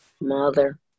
Mother